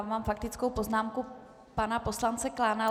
Mám faktickou poznámku pana poslance Klána.